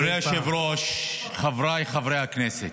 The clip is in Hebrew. אדוני היושב-ראש, חבריי חברי הכנסת,